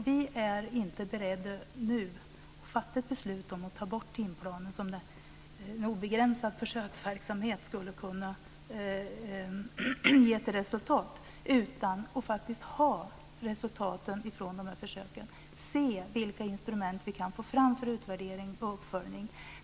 Vi är inte beredda nu att fatta ett beslut om att ta bort timplanen, som en obegränsad försöksverksamhet skulle kunna ge som resultat, utan att ha resultaten från de här försöken och se vilka instrument vi kan få fram för utvärdering och uppföljning.